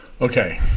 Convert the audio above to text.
Okay